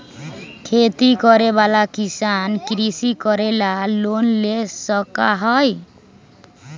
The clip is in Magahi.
खेती करे वाला किसान कृषि करे ला लोन ले सका हई